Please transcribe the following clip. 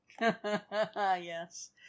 Yes